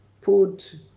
put